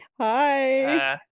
hi